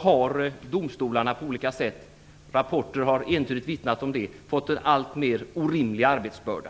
har domstolarna på olika sätt - rapporter har entydigt vittnat om det - fått en alltmer orimlig arbetsbörda.